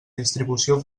distribució